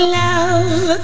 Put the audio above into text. love